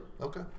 Okay